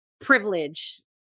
privilege